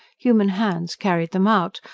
human hands carried them out,